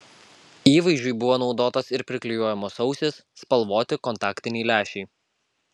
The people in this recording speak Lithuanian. įvaizdžiui buvo naudotos ir priklijuojamos ausys spalvoti kontaktiniai lęšiai